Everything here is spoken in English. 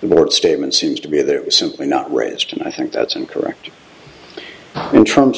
they weren't statement seems to be they're simply not raised and i think that's incorrect in terms